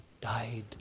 died